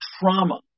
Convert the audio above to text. trauma